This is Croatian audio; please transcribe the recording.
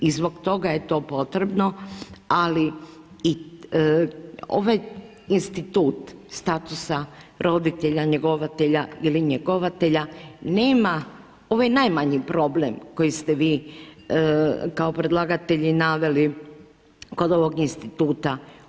I zbog toga je to potrebno ali i ovaj institut statusa roditelja njegovatelja ili njegovatelja nema, ovo je najmanji problem koji ste vi kao predlagatelji naveli kod ovog instituta.